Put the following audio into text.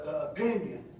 opinion